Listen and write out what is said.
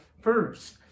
first